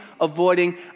avoiding